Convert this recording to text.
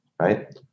right